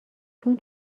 چون